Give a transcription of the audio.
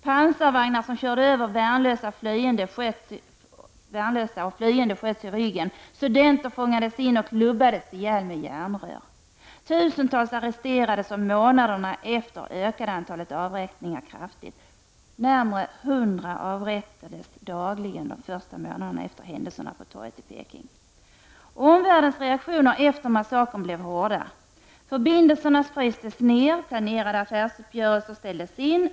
Pansarvagnar körde över värnlösa, flyende sköts i ryggen, studenter fångades in och klubbades ihjäl med järnrör. Tusentals arresterades, och månaderna efter ökade antalet avrättningar kraftigt. Närmare 100 människor avrättades dagligen de första månaderna efter händelserna på torget i Peking. Omvärldens reaktioner efter massakern blev hårda. Förbindelserna frystes ned, planerade affärsuppgörelser ställdes in.